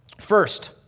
First